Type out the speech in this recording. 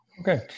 Okay